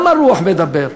למה רוח מדבר?